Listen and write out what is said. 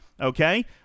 Okay